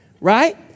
right